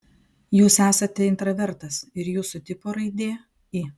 jūs esate intravertas ir jūsų tipo raidė i